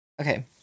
Okay